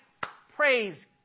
praise